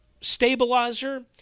stabilizer